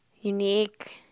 unique